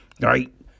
right